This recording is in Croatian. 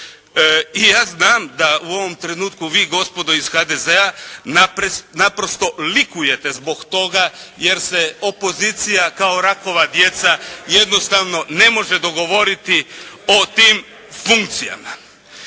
I ja znam a u ovom trenutku vi gospodo iz HD naprosto likujete zbog toga jer se opozicija kao rakova djeca jednostavno ne može dogovoriti o tim funkcijama.